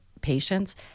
patients